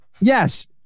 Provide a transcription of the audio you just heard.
Yes